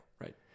Right